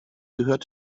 gehört